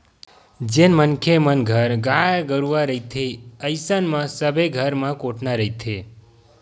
जेन मनखे मन घर गाय गरुवा रहिथे अइसन म सबे घर म कोटना रहिथे